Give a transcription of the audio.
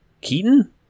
Keaton